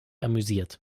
amüsiert